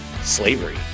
slavery